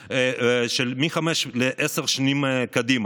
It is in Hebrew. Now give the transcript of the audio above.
מחמש עד עשר שנים קדימה,